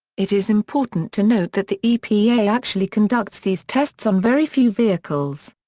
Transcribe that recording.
it is important to note that the epa actually conducts these tests on very few vehicles.